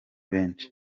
benshi